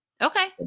Okay